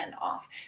off